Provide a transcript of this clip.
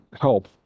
Help